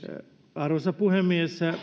arvoisa puhemies